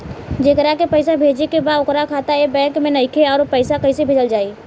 जेकरा के पैसा भेजे के बा ओकर खाता ए बैंक मे नईखे और कैसे पैसा भेजल जायी?